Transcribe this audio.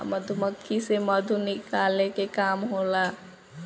मधुमक्खी से मधु निकाले के काम होला